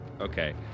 Okay